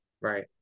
right